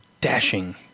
dashing